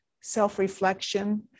self-reflection